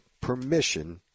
permission